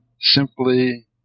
simply